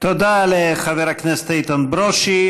תודה לחבר הכנסת איתן ברושי.